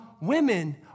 women